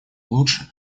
лучше